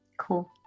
Cool